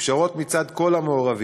ופשרות מצד כל המעורבים.